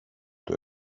του